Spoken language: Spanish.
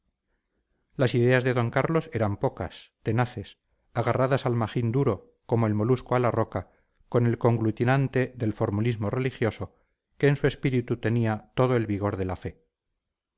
las ideas de don carlos eran pocas tenaces agarradas al magín duro como el molusco a la roca con el conglutinante del formulismo religioso que en su espíritu tenía todo el vigor de la fe